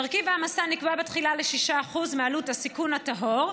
מרכיב ההעמסה נקבע בתחילה ל-6% מעלות הסיכון הטהור,